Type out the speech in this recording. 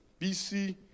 BC